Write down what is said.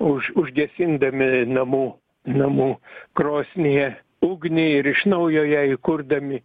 už užgesindami namų namų krosnyje ugnį ir iš naujo ją įkurdami